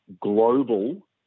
global